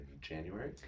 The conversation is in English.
January